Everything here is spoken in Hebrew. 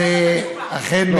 אתה נותן לו את התשובה.